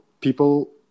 people